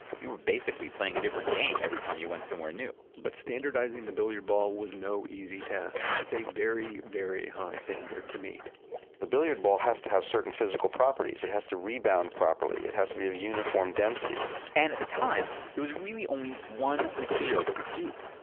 you were basically playing a different game every time you went somewhere new but standardizing the billiard ball was no easy task. it's a very, very high standard to meet the billiard ball has to have certain physical properties. it has to rebound properly, it has to be a uniform density and at the time, there was really only one material that would do.